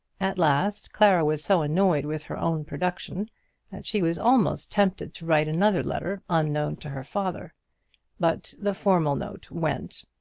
at last, clara was so annoyed with her own production, that she was almost tempted to write another letter unknown to her father but the formal note went.